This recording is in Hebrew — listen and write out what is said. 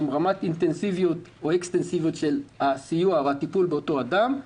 עם רמת אינטנסיביות או אקסטנסיביות שונה של הסיוע והטיפול באותו אדם,